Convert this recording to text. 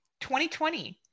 2020